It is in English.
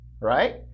right